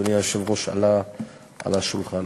אדוני היושב-ראש, עלה על השולחן.